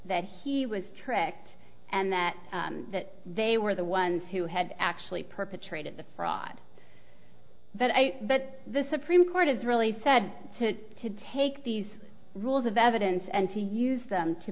that he was tricked and that they were the ones who had actually perpetrated the fraud but i but the supreme court has really said to take these rules of evidence and he used them to